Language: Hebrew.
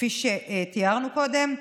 כפי שתיארנו קודם.